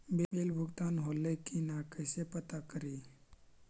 Bill भुगतान होले की न कैसे पता करी?